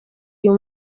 uyu